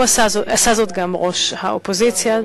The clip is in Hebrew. עשה זאת גם ראש האופוזיציה,